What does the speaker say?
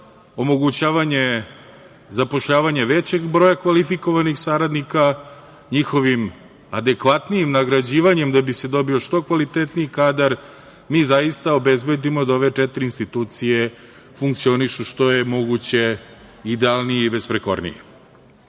omogućavanje zapošljavanje većeg broja kvalifikovanih saradnika, njihovim adekvatnijim nagrađivanjem da bi se dobio što kvalitetniji kadar mi zaista obezbedimo da ove četiri institucije funkcionišu što je moguće idealnije i besprekornije. Neko